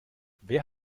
wer